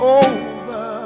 over